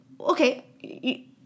Okay